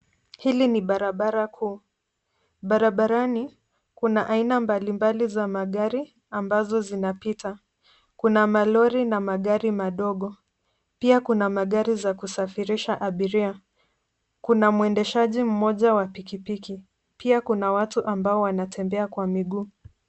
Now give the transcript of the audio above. Hili ni barabara kuu. Barabarani kuna aina mbalimbali za magari ambazo zinapita. Kuna malori na magari madogo. Pia kuna magari za kusafirisha abiria. Kuna muendeshaji mmoja wa pikipiki pia kuna watu ambao wanatembea kwa miguu.